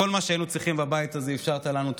כל מה שהיינו צריכים בבית הזה אפשרת לנו,